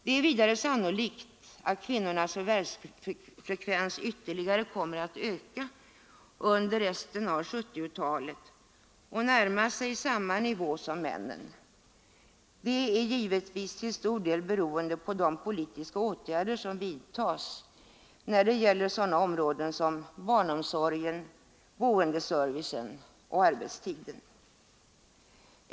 Det är vidare sannolikt att kvinnornas förvärvsfrekvens ytterligare kommer att öka under resten av 1970-talet och närma sig samma nivå som männens. Detta är givetvis till stor del beroende på de politiska åtgärder som vidtas när det gäller sådana åtgärder som barnomsorgen, boendeservicen och arbetstiden.